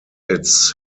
its